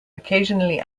occasionally